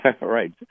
Right